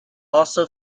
also